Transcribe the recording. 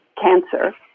cancer